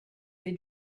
they